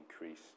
increase